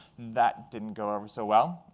that didn't go over so well.